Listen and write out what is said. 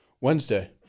Wednesday